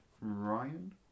Ryan